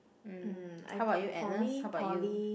um how about you Agnes how about you